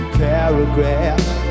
paragraphs